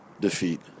Defeat